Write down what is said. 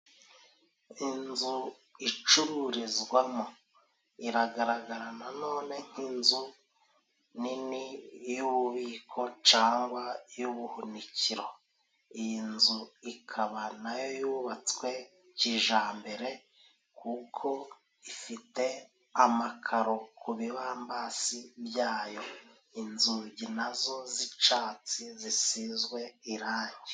Inzu icururizwamo iragaragara nanone nk'inzu nini y'ububiko cangwa iy'ubuhunikiro. Iyi nzu ikaba nayo yubatswe kijambere kuko ifite amakaro ku bibambasi byayo, inzugi nazo z'icatsi zisizwe irangi.